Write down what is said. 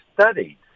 studied